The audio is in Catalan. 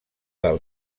del